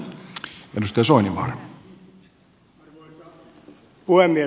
arvoisa puhemies